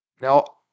Now